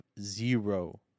zero